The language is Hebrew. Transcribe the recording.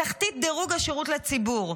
בתחתית דירוג השירות לציבור,